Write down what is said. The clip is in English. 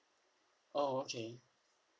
oh okay